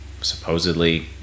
supposedly